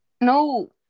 No